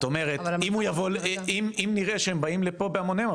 את אומרת אם נראה שהם באים לפה בהמוניהם,